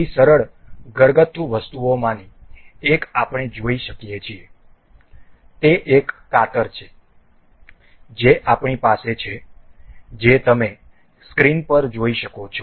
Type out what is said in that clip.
આવી સરળ ઘરગથ્થુ વસ્તુઓમાંની એક આપણે જોઈ શકીએ છીએ તે એક કાતર છે જે આપણી પાસે છે જે તમે સ્ક્રીન પર જોઈ શકો છો